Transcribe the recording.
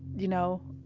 you know.